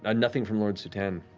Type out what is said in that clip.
ah nothing from lord sutan,